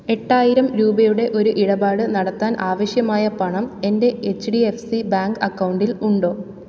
എട്ടായിരം രൂപയുടെ ഒരു ഇടപാട് നടത്താൻ ആവശ്യമായ പണം എൻ്റെ H D F C bank അക്കൗണ്ടിൽ ഉണ്ടോ